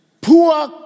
poor